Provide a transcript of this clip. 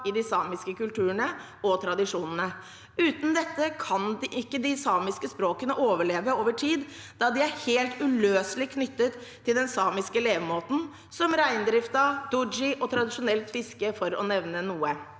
i de samiske kulturene og tradisjonene. Uten dette kan ikke de samiske språkene overleve over tid da de er helt uløselig knyttet til den samiske levemåten, som reindriften, duodji og tradisjonelt fiske, for å nevne noe.